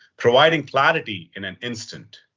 providing clarity in an instant.